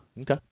Okay